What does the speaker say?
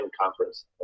conference